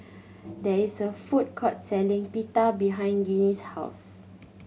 there is a food court selling Pita behind Ginny's house